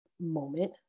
moment